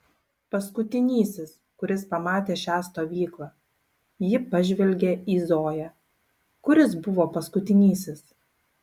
paskutinysis kuris pamatė šią stovyklą ji pažvelgė į zoją kuris buvo paskutinysis